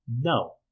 No